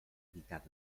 habitada